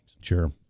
Sure